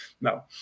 no